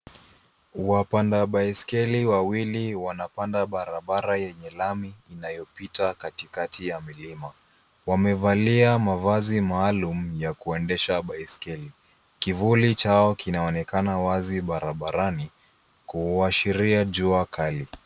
Wapanda biskeli wawili wanapanda barabara enye lami inayopita katikati ya milima, wamevalia mavasi maalum ya kuendesha baiskeli. Kivuli chao kinaonekana wazi barabarani kuashiria jua kali.